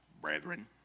brethren